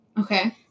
okay